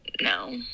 No